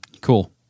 Cool